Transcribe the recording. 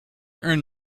earn